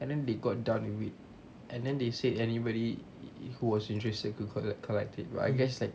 and then they got done with it and then they said anybody who was interested to collect it but I guess